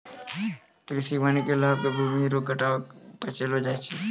कृषि वानिकी लाभ मे भूमी रो कटाव के बचैलो जाय छै